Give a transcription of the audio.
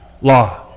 law